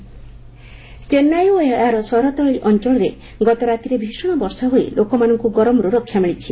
ତାମିଲନାଡ଼ ରେନ୍ ଚେନ୍ନାଇ ଓ ଏହାର ସହରତଳି ଅଞ୍ଚଳରେ ଗତ ରାତିରେ ଭିଷଣ ବର୍ଷା ହୋଇ ଲୋକମାନଙ୍କୁ ଗରମରୁ ରକ୍ଷା ମିଳିଛି